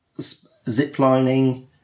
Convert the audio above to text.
ziplining